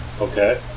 okay